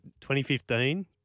2015